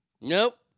Nope